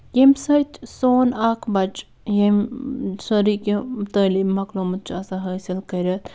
ییٚمہِ سۭتۍ سون اکھ بَچہِ یٔمۍ سٲرٕے کیٚنٛہہ تعلیٖم مۄکلاومٕژ چھُ آسان حٲصِل کٔرِتھ